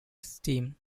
stream